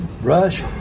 Rush